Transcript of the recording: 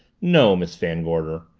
no, miss van gorder.